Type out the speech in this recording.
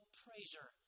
praiser